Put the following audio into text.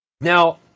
Now